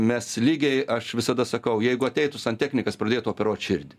mes lygiai aš visada sakau jeigu ateitų santechnikas pradėtų operuot širdį